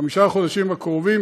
בחמשת החודשים הקרובים,